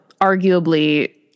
arguably